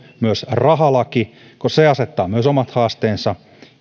myös rahalaki ja se asettaa omat haasteensa